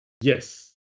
yes